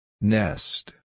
Nest